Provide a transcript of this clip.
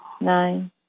nine